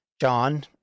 John